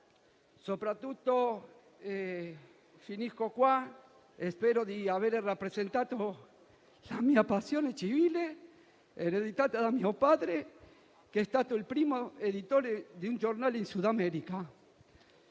esaminate. Finisco qua e spero di aver rappresentato la mia passione civile, ereditata da mio padre, che è stato il primo editore di un giornale in Sud America.